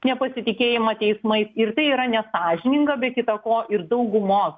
nepasitikėjimą teismais ir tai yra nesąžininga be kita ko ir daugumos